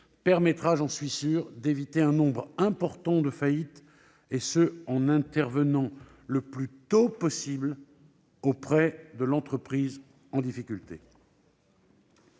permettra, j'en suis sûr, d'éviter un grand nombre de faillites, en intervenant le plus tôt possible auprès de l'entreprise en difficulté.